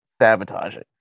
sabotaging